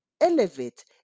elevate